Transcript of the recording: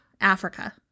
Africa